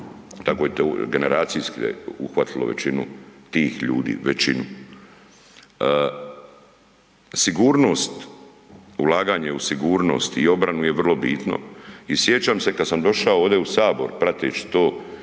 tako je to generacijske uhvatilo većinu tih ljudi, većinu. Sigurnost, ulaganje u sigurnost i obranu je vrlo bitno i sjećam se kad sam došao ovdje u sabor prateći to